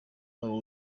wabo